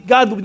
God